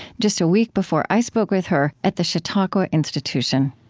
just a week before i spoke with her at the chautauqua institution